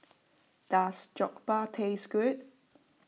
does Jokbal taste good